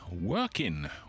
Working